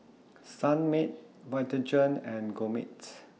Sunmaid Vitagen and Gourmet